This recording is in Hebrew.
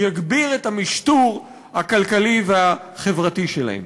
יגביר את המשטור הכלכלי והחברתי שלהם.